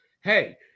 hey